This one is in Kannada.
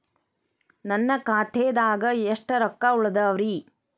ನನ್ನ ಖಾತೆದಾಗ ಎಷ್ಟ ರೊಕ್ಕಾ ಉಳದಾವ್ರಿ?